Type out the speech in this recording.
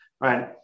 right